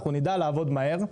אנחנו נדע לעבוד מהר,